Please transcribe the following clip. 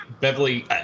Beverly